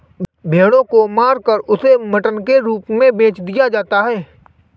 भेड़ों को मारकर उसे मटन के रूप में बेच दिया जाता है